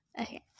Okay